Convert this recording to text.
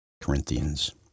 Corinthians